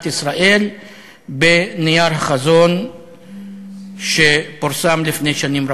ישראל בנייר החזון שפורסם לפני שנים רבות.